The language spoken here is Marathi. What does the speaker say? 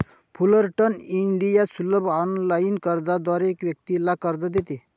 फुलरटन इंडिया सुलभ ऑनलाइन अर्जाद्वारे व्यक्तीला कर्ज देते